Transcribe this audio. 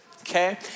Okay